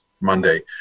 Monday